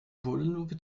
bodenluke